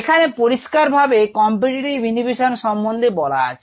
এখানে পরিষ্কারভাবে competitive inhibition সম্বন্ধে বলা আছে